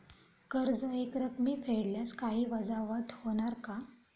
कर्ज एकरकमी फेडल्यास काही वजावट होणार का?